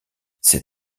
ses